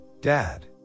dad